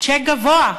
צ'ק גבוה,